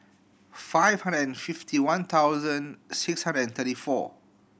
five hundred and fifty one thousand six hundred and thirty four